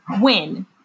win